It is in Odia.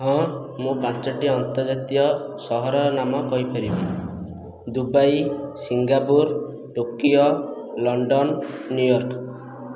ହଁ ମୁଁ ପାଞ୍ଚଟି ଅନ୍ତର୍ଜାତୀୟ ସହରର ନାମ କହିପାରିବି Dubai Singapore Tokyo London New York